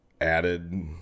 added